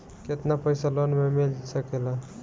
केतना पाइसा लोन में मिल सकेला?